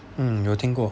嗯有听过